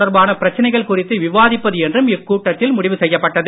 தொடர்பான பிரச்சினைகள் குறித்து விவாதிப்பது என்றும் கூட்டத்தில் முடிவு செய்யப்பட்டது